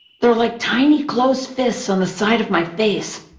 they're like tiny closed fists on the sides of my face.